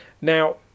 Now